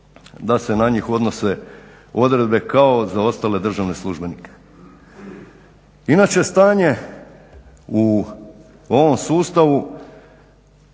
da se na njih odnose odredbe kao za ostale državne službenike. Inače stanje u ovom sustavu